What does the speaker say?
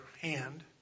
hand